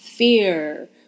fear